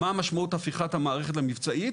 מה משמעות הפיכת המערכת למבצעית?